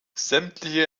sämtliche